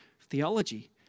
theology